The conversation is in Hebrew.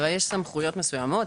אבל יש סמכויות מסוימות.